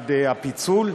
בעד הפיצול.